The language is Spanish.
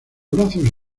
brazos